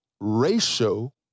ratio